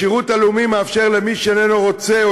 השירות הלאומי מאפשר למי שאיננו רוצה או